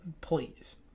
please